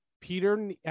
Peter